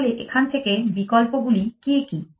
তাহলে এখান থেকে বিকল্পগুলি কী কী